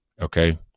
Okay